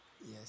Yes